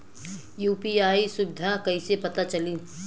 UPI सुबिधा कइसे पता चली?